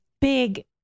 big